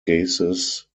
gases